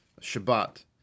Shabbat